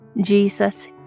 Jesus